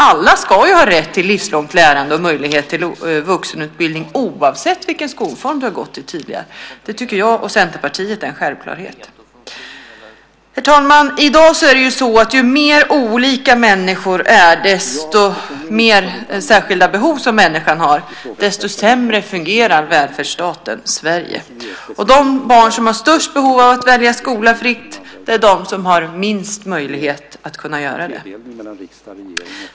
Alla ska ha rätt till livslångt lärande och möjlighet till vuxenutbildning oavsett vilken skolform man gått i tidigare. Det tycker jag och Centerpartiet är en självklarhet. Herr talman! I dag är det så att ju mer olika människor är och ju fler särskilda behov de har desto sämre fungerar välfärdsstaten Sverige. De barn som har störst behov av att fritt välja skola har samtidigt minst möjligheter att kunna göra det.